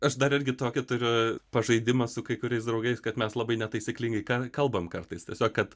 aš dar irgi tokį turiu pažaidimą su kai kuriais draugais kad mes labai netaisyklingai ka kalbam kartais tiesiog kad